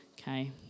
Okay